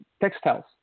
textiles